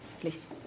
Please